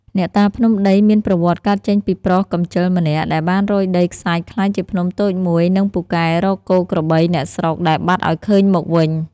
អ្នកតាភ្នំដីមានប្រវត្តិកើតចេញពីប្រុសកម្ជឹលម្នាក់ដែលបានរោយដីខ្សាច់ក្លាយជាភ្នំតូចមួយនិងពូកែរកគោក្របីអ្នកស្រុកដែលបាត់ឲ្យឃើញមកវិញ។